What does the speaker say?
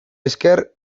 esker